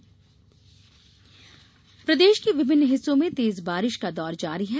मौसम प्रदेश के विभिन्न हिस्सों में तेज बारिश का दौर जारी है